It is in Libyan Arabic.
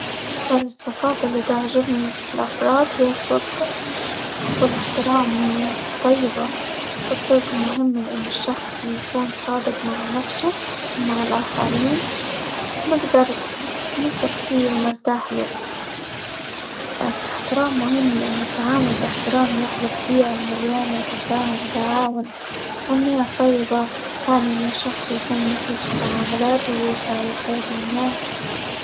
أكثر الصفات اللي تعجبني في الأفراد هي الصدق، والإحترام، والناس الطيبة، الصدق مهم؛ لأن الشخص اللي يكون صادق مع نفسه، ومع الآخرين، نقدر نثق فيه، ونرتاح له، الإحترام مهم؛ لأن التعامل بإحترام يخلق بيئة مليانة تفاهم، وتعاون، والنية الطيبة تعني إن الشخص يكون مخلص في تعاملاته، ويسعى للخير للناس.